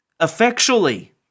effectually